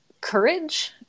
courage